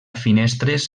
finestres